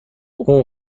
اون